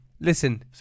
Listen